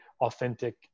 authentic